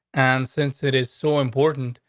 and since it is so important,